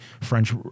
French